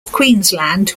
queensland